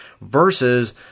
versus